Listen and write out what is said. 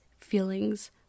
feelings